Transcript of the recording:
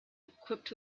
equipped